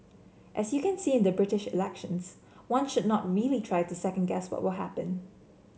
as you can see in the British elections one should not really try to second guess what will happen